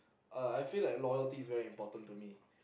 uh I feel that loyalty is very important to me